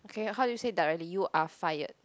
okay how do you say directly you are fired